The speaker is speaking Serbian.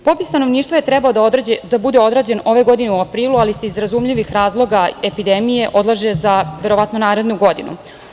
Popis stanovišta je trebalo da bude odrađen ove godine u aprilu, ali se iz razumljivih razloga epidemije odlaže za, verovatno, narednu godinu.